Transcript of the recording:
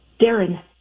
Darren